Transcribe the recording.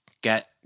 Get